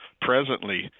presently